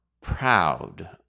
proud